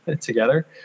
together